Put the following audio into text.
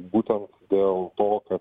būtent dėl to kad